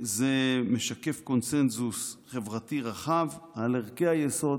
זה משקף קונסנזוס חברתי רחב על ערכי היסוד,